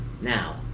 Now